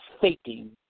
faking